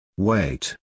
wait